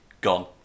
Gone